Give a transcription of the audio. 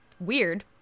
weird